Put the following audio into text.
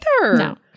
No